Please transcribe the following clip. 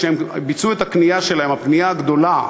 כשהם ביצעו את הקנייה שלהם, הקנייה גדולה,